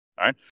right